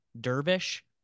Dervish